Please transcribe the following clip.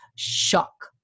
shock